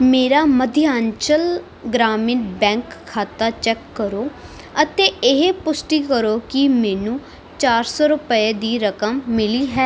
ਮੇਰਾ ਮੱਧਯਾਂਚਲ ਗ੍ਰਾਮੀਣ ਬੈਂਕ ਖਾਤਾ ਚੈੱਕ ਕਰੋ ਅਤੇ ਇਹ ਪੁਸ਼ਟੀ ਕਰੋ ਕਿ ਮੈਨੂੰ ਚਾਰ ਸੌ ਰੁਪਏ ਦੀ ਰਕਮ ਮਿਲੀ ਹੈ